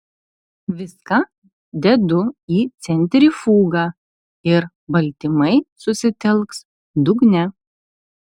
viską dedu į centrifugą ir baltymai susitelks dugne